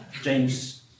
James